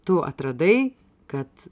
tu atradai kad